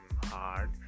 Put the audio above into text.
hard